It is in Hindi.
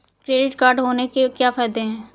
क्रेडिट कार्ड होने के क्या फायदे हैं?